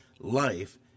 life